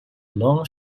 loan